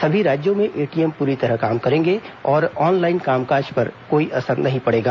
सभी राज्यों में एटीएम पूरी तरह काम करेंगे और ऑनलाइन कामकाज पर कोई असर नहीं पड़ेगा